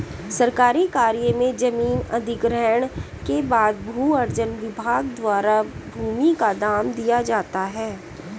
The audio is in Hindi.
सरकारी कार्य में जमीन अधिग्रहण के बाद भू अर्जन विभाग द्वारा भूमि का दाम दिया जाता है